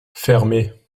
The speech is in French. fermez